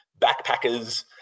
backpackers